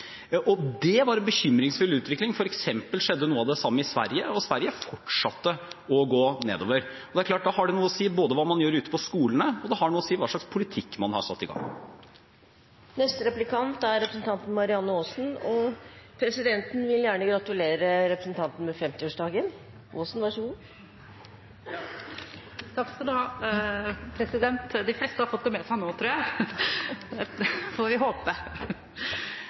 Sverige, og Sverige fortsatte å gå nedover. Det er klart at da har det noe å si både hva man gjør ute på skolene og hva slags politikk man har satt i gang. Neste replikant er representanten Marianne Aasen, og presidenten vil gjerne gratulere representanten med 50-årsdagen! Takk skal du ha, de fleste har fått det med seg nå, tror jeg – får vi håpe.